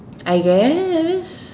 I guess